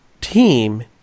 team